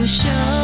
show